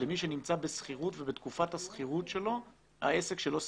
למי שנמצא בשכירות ובתקופת השכירות שלו העסק שלו סגור.